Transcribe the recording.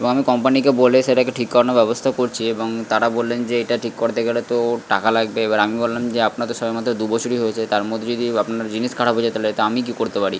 এবং আমি কোম্পানিকে বলে সেটাকে ঠিক করানোর ব্যবস্থা করছি এবং তারা বললেন যে এটা ঠিক করতে গেলে তো টাকা লাগবে এবার আমি বললাম যে আপনার তো সবেমাত্র দুবছরই হয়েছে তার মধ্যে যদি আপনার জিনিস খারাপ হয়ে যায় তাহলে তো আমি কি করতে পারি